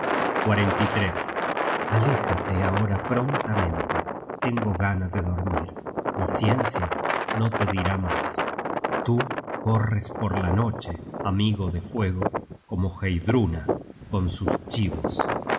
de los linajes aléjate ahora prontamente tengo gana de dormir mi ciencia no te dirá mas tú corres por la noche amigo de fuego como heidruna con sus chibos